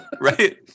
Right